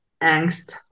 angst